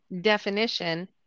definition